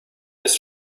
ist